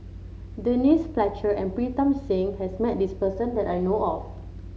Denise Fletcher and Pritam Singh has met this person that I know of